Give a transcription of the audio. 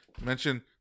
mention